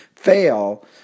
fail